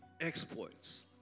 exploits